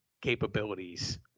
capabilities